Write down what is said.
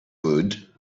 woot